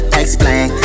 explain